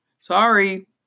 Sorry